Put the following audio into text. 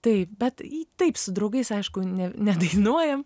taip bet taip su draugais aišku ne nedainuojam